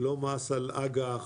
לא מס על אג"ח,